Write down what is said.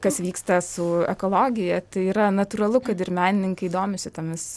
kas vyksta su ekologija tai yra natūralu kad ir menininkai domisi tomis